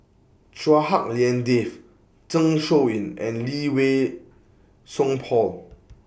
Chua Hak Lien Dave Zeng Shouyin and Lee Wei Song Paul